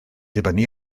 dibynnu